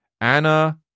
anna